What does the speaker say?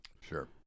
Sure